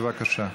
בבקשה.